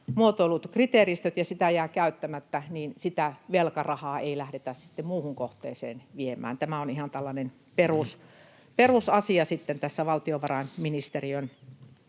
muotoillut kriteeristöt ja sitä jää käyttämättä, niin sitä velkarahaa ei lähdetä sitten muuhun kohteeseen viemään. Tämä on ihan tällainen perusasia valtiovarainministeriön